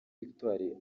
victoire